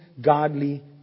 godly